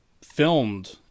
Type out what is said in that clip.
filmed